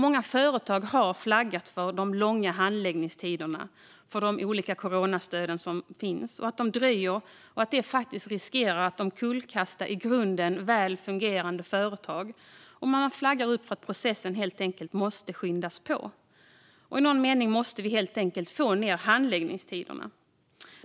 Många företag har flaggat för de långa handläggningstiderna för de olika coronastöd som finns. Stöden dröjer, vilket riskerar att omkullkasta i grunden väl fungerande företag. De flaggar för att processen helt enkelt måste skyndas på. Vi måste helt enkelt få ned handläggningstiderna.